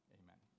amen